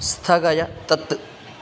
स्थगय तत्